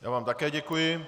Já vám také děkuji.